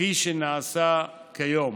כפי שנעשה כיום.